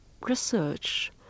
research